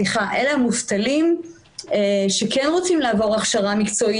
המובטלים שכן רוצים לעבור הכשרה מקצועית